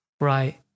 Right